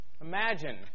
Imagine